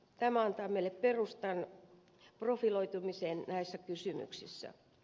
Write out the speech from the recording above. tämä antaa meille perustan profiloitumiseen näissä kysymyksissä